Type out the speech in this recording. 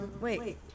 wait